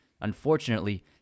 Unfortunately